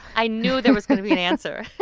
i knew that was going to be an answer